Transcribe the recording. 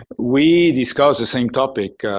we discuss the same topic,